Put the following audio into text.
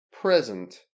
present